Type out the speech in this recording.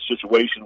situation